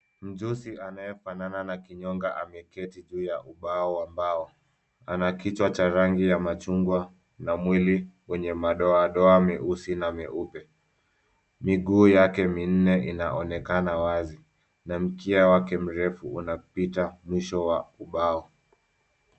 Mjusi anayefanana na kinyonga ameketi juu ya ubao wa mbao . Ana kichwa cha rangi ya machungwa na mwili wenye madoadoa meusi na meupe. Miguu yake minne inaonekana wazi na mkia wake mrefu unapita mwisho wa ubao.